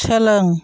सोलों